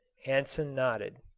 hansen nodded.